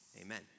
amen